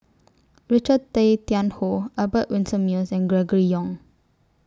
Richard Tay Tian Hoe Albert Winsemius and Gregory Yong